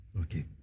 Okay